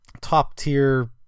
top-tier